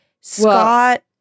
Scott